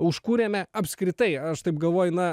užkūrėme apskritai aš taip galvoju na